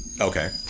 Okay